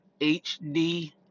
HD